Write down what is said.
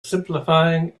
simplifying